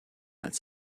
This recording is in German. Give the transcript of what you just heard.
als